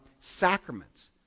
Sacraments